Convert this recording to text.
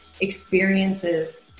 experiences